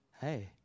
hey